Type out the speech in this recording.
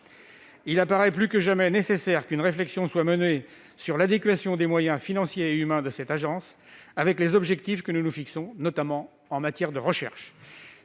il est plus que jamais nécessaire de mener une réflexion quant à l'adéquation des moyens financiers et humains de cette agence avec les objectifs que nous nous fixons, notamment en matière de recherche.